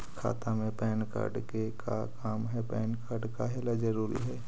खाता में PAN card के का काम है पैन कार्ड काहे ला जरूरी है?